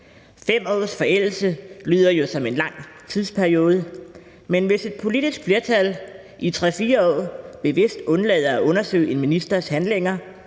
gjort. En forældelse på 5 år lyder jo som en lang tidsperiode, men hvis et politisk flertal i 3-4 år bevidst undlader at undersøge en ministers handlinger